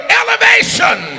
elevation